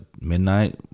midnight